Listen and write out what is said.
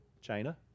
China